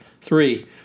Three